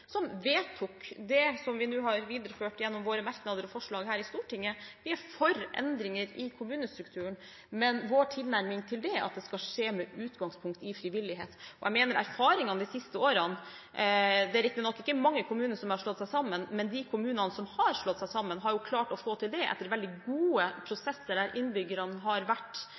som vedtok det som vi nå har videreført gjennom våre merknader og forslag her i Stortinget. Vi er for endringer i kommunestrukturen, men vår tilnærming til det er at det skal skje med utgangspunkt i frivillighet. Det er riktignok ikke mange kommuner som har slått seg sammen, men erfaringene de siste årene viser at de kommunene som har slått seg sammen, har klart å få til det etter veldig gode prosesser, der innbyggerne har vært